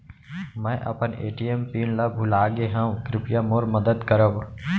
मै अपन ATM PIN ला भूलागे हव, कृपया मोर मदद करव